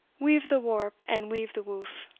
weave the warp and weave the woof,